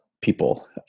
people